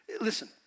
Listen